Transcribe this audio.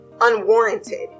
unwarranted